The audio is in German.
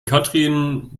katrin